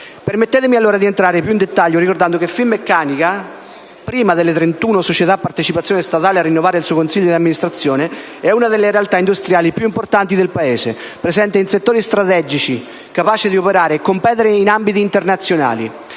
Permettetemi allora di entrare più in dettaglio, ricordando che Finmeccanica, prima delle 31 società a partecipazione statale a rinnovare il suo consiglio di amministrazione, è una delle realtà industriali più importanti del Paese, presente in settori strategici, capace di operare e competere in ambiti internazionali.